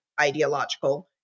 ideological